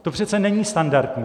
To přece není standardní.